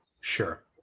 Sure